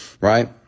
right